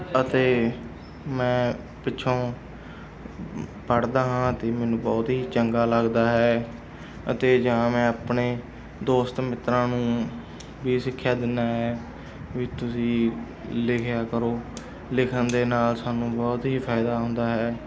ਅਤੇ ਮੈਂ ਪਿੱਛੋਂ ਪੜ੍ਹਦਾ ਹਾਂ ਅਤੇ ਮੈਨੂੰ ਬਹੁਤ ਹੀ ਚੰਗਾ ਲੱਗਦਾ ਹੈ ਅਤੇ ਜਾਂ ਮੈਂ ਆਪਣੇ ਦੋਸਤ ਮਿੱਤਰਾਂ ਨੂੰ ਵੀ ਸਿੱਖਿਆ ਦਿੰਦਾ ਐਂ ਵੀ ਤੁਸੀਂ ਲਿਖਿਆ ਕਰੋ ਲਿਖਣ ਦੇ ਨਾਲ ਸਾਨੂੰ ਬਹੁਤ ਹੀ ਫਾਇਦਾ ਹੁੰਦਾ ਹੈ